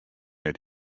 net